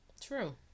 True